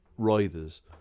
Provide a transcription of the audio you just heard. Riders